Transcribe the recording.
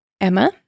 Emma